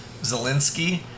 Zelensky